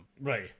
Right